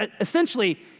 essentially